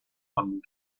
one